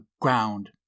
ground